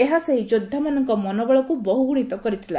ଏହା ସେହି ଯୋଦ୍ଧାମାନଙ୍କ ମନୋବଳକୁ ବହୁଗୁଶିତ କରିଥିଲା